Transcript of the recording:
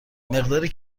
مقداری